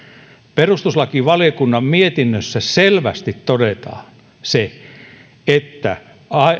perustuslakivaliokunnan mietinnössä selvästi todetaan se että